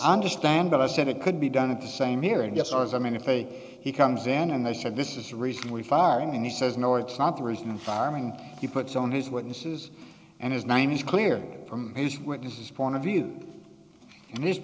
understand what i said it could be done at the same here and yes i was i mean a fake he comes in and they said this is the reason we fired and he says no it's not the reason and firing he puts on his witnesses and his name is clear from his witnesses point of view and this